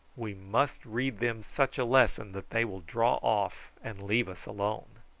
we must read them such a lesson that they will draw off and leave us alone.